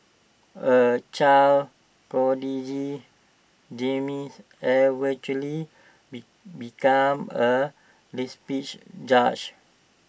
A child prodigy eventually be became A judge